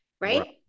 right